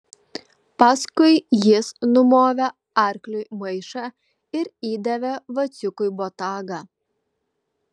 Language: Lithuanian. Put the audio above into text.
paskui jis numovė arkliui maišą ir įdavė vaciukui botagą